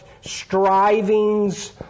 strivings